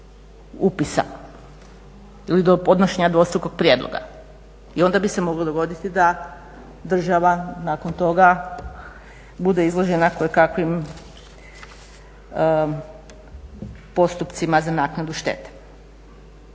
upisa ili do podnošenja dvostrukog prijedloga i onda bi se moglo dogoditi da država nakon toga bude izložena kojekakvim postupcima za naknadu štete.